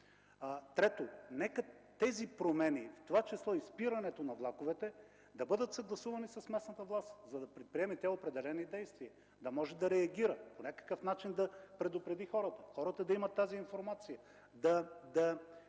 Трето, нека тези промени, в това число и спирането на влаковете, да бъдат съгласувани с местната власт, за да предприеме тя определени действия, да може да реагира, по някакъв начин да предупреди хората, те да имат тази информация и да